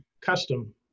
custom